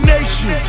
Nation